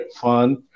fun